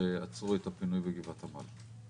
שעצרו את הפינוי בגבעת עמל.